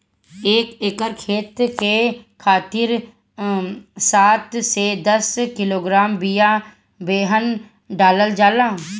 एक एकर खेत के खातिर सात से दस किलोग्राम बिया बेहन डालल जाला?